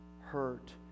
hurt